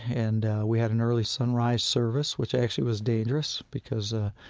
and we had an early sunrise service, which actually was dangerous because the